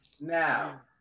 now